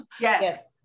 Yes